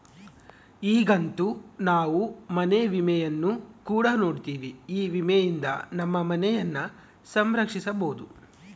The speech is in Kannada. ಈಗಂತೂ ನಾವು ಮನೆ ವಿಮೆಯನ್ನು ಕೂಡ ನೋಡ್ತಿವಿ, ಈ ವಿಮೆಯಿಂದ ನಮ್ಮ ಮನೆಯನ್ನ ಸಂರಕ್ಷಿಸಬೊದು